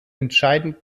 entscheidend